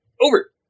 over